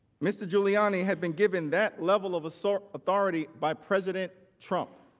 mr giuliani had been given that level of sort of authority by president trump.